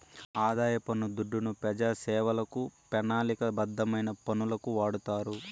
ఆదాయ పన్ను దుడ్డు పెజాసేవలకు, పెనాలిక బద్ధమైన పనులకు వాడతారు